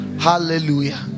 Hallelujah